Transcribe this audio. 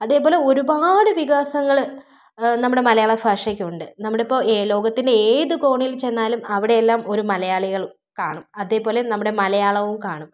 അതേപോലെ ഒരുപാട് വികാസങ്ങൾ നമ്മുടെ മലയാളം ഭാഷയ്ക്ക് ഉണ്ട് നമ്മുടെ ഇപ്പോൾ ലോകത്തിൻ്റെ ഏത് കോണിൽ ചെന്നാലും അവിടെയെല്ലാം ഒരു മലയാളികൾ കാണും അതേപോലെ നമ്മുടെ മലയാളവും കാണും